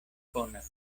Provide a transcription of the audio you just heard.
konas